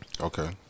Okay